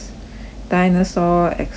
dinosaur extinction